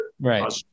Right